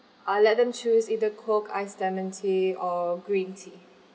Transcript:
I'll let them choose either coke ice lemon tea or green tea